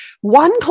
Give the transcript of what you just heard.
One